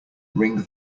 ring